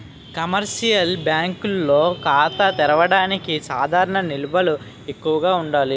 commercial బ్యాంకుల్లో ఖాతా తెరవడానికి సాధారణ నిల్వలు ఎక్కువగా ఉండాలి